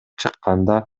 чыкканда